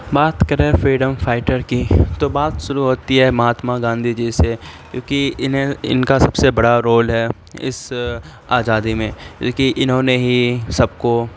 بات کریں freedom fighter کی تو بات شروع ہوتی ہے مہاتما گاندھی جی سے کیوںکہ انہیں ان کا سب سے بڑا رول ہے اس آزادی میں کہ انہوں نے ہی سب کو